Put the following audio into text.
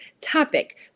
topic